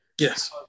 Yes